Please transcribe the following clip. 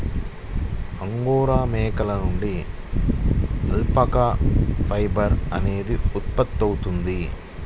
angora మేకల నుండి alpaca fibre అనేది ఉత్పత్తవుతుంది